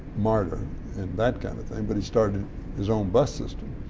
marta and that kind of thing, but he started his own bus system.